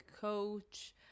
coach